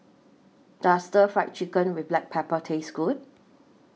Does Stir Fry Chicken with Black Pepper Taste Good